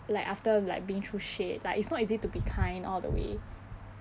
like after like being through shit like it's not easy to be kind all the way